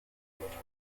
motorrad